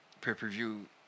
pay-per-view